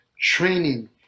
training